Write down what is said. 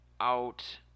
out